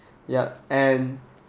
ya and